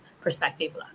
perspective